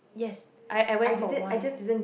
yes I I went for one